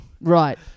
Right